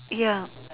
ya